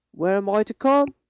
where am i to come?